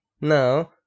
Now